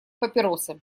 папиросы